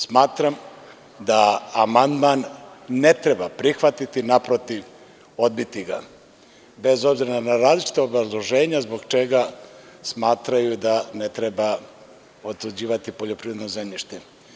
Smatram da amandman ne treba prihvatiti, naprotiv, odbiti ga, bez obzira na različita obrazloženja zbog čega smatraju da ne treba otuđivati poljoprivredno zemljište.